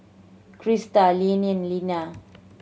Krysta Leanna Elena